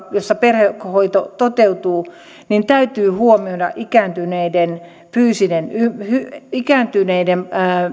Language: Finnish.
jossa perhehoito toteutuu täytyy huomioida ikääntyneiden fyysinen ikääntyneiden